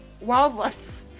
wildlife